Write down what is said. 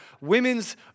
women's